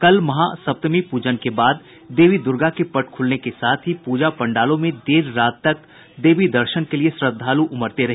कल महासप्तमी प्रजन के बाद देवी दुर्गा के पट खुलने के साथ ही प्रजा पंडालों में देर रात तक देवी दर्शन के लिए श्रद्धालु उमड़ते रहे